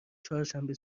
چهارشنبه